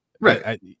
Right